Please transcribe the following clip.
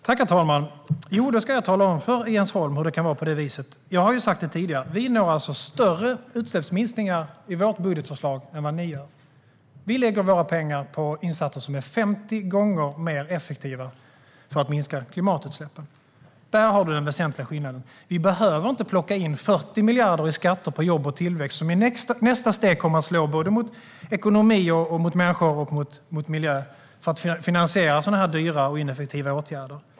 Herr talman! Jag ska tala om för Jens Holm hur det kan vara på det viset. Jag har sagt det tidigare. Vi når alltså större utsläppsminskningar med vårt budgetförslag än ni gör. Vi lägger våra pengar på insatser som är 50 gånger mer effektiva för att minska klimatutsläppen. Där har du den väsentliga skillnaden. Vi behöver inte plocka in 40 miljarder i skatter på jobb och tillväxt, som i nästa steg kommer att slå mot såväl ekonomi som människor och miljö, för att finansiera sådana här dyra och ineffektiva åtgärder.